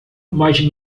mais